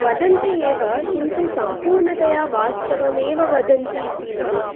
वदन्ति एव किन्तु सम्पूर्णतया वास्तवमेव वदन्ति इति न